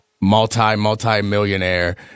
multi-multi-millionaire